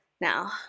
Now